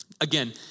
again